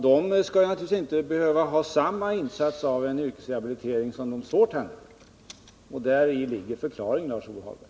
De behöver naturligtvis inte en lika omfattande yrkesrehabilitering som de svårt handikappade. Däri ligger förklaringen, Lars-Ove Hagberg.